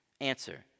answer